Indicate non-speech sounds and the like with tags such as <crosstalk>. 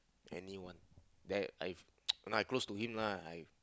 anyone that I <noise> no I close to him lah I